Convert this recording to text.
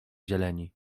zieleni